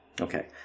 Okay